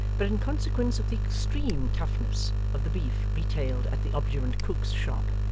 but in consequence of the extreme toughness of the beef retailed at the obdurant cook's shop,